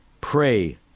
pray